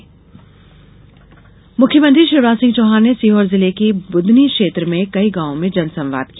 जनसंवाद मुख्यमंत्री शिवराज सिंह चौहान ने सीहोर जिले की बुदनी क्षेत्र में कई गॉव में जनसंवाद किया